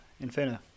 Inferno